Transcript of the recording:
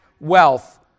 wealth